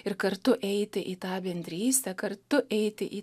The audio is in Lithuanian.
ir kartu eiti į tą bendrystę kartu eiti į